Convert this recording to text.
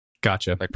Gotcha